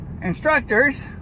instructors